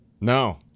No